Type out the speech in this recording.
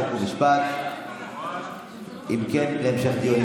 חוק ומשפט להמשך דיון,